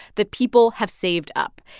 that people have saved up.